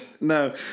No